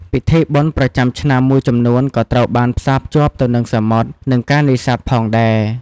ពិធីបុណ្យប្រចាំឆ្នាំមួយចំនួនក៏ត្រូវបានផ្សារភ្ជាប់ទៅនឹងសមុទ្រ និងការនេសាទផងដែរ។